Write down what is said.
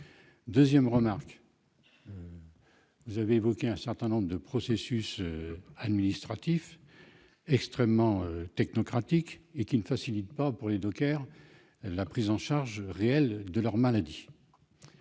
deuxième temps, vous avez évoqué un certain nombre de processus administratifs extrêmement technocratiques et qui ne facilitent pas pour les dockers la prise en charge réelle de leurs maladies.